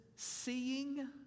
Seeing